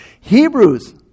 Hebrews